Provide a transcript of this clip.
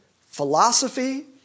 philosophy